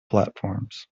platforms